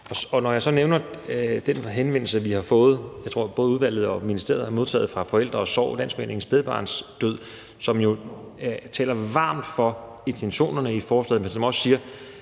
Når jeg nævner den henvendelse, vi har fået – jeg tror, at både udvalget og ministeriet har modtaget den – fra Forældre & Sorg - Landsforeningen Spædbarnsdød, er det, fordi de jo taler varmt for intentionerne i forslaget, men også siger,